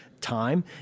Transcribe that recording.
time